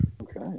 Okay